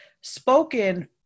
spoken